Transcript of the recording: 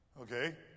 okay